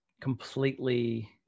completely